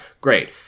Great